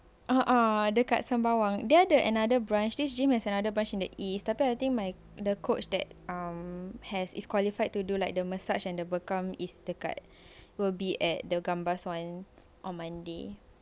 uh dekat sembawang there got another branch this gym has another branch in the east I think my the coach that um has is qualified to do like the massage and the bekam is dekat will be at the gambas one on monday